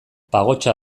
pagotxa